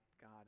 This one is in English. God